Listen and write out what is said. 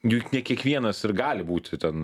juk ne kiekvienas ir gali būti ten